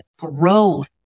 growth